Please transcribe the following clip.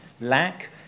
lack